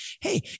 hey